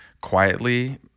quietly